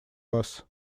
вас